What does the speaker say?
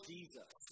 Jesus